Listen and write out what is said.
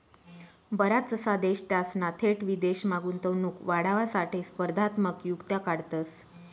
बराचसा देश त्यासना थेट विदेशमा गुंतवणूक वाढावासाठे स्पर्धात्मक युक्त्या काढतंस